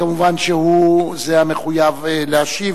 מובן שהוא זה המחויב להשיב